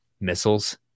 missiles